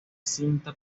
cinta